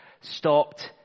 stopped